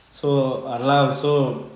so அதுலாம்:athulam so